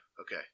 Okay